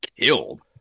killed